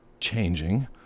changing